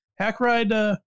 Hackride